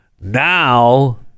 Now